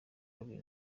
bibiri